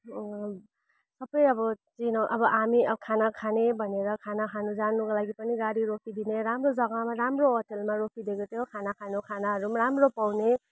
सबै अब चिनो अब हामी अब खाना खाने भनेर खाना खानु जानुको लागि पनि गाडी रोकिदिने राम्रो जग्गामा राम्रो होटेलमा रोकिदिएको थियो खाना खानु खानाहरू पनि राम्रो पाउने